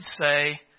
say